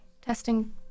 testing